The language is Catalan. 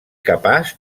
capaç